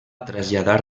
traslladar